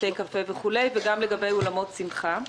בתי קפה וכו' וגם לגבי אולמות שמחה,